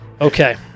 Okay